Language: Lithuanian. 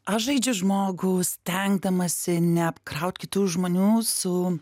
aš žaidžiu žmogų stengdamasi neapkraut kitų žmonių su